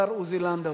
ישיב השר עוזי לנדאו.